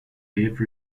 dave